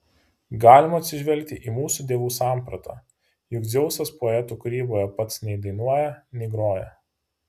galima atsižvelgti į mūsų dievų sampratą juk dzeusas poetų kūryboje pats nei dainuoja nei groja